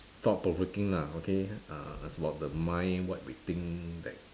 thought provoking lah okay ah it's about the mind what we think back